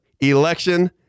Election